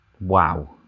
wow